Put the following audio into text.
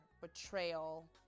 betrayal